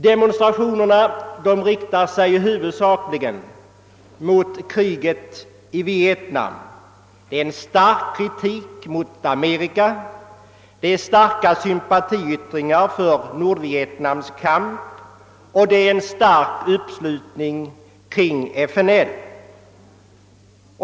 Demonstrationerna riktar sig huvudsakligen mot kriget i Vietnam. Det är en stark kritik mot Amerika, det är starka sympatiyttringar för Nordvietnams kamp och det är en stark uppslutning kring FNL.